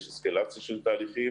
יש אסקלציה של תהליכים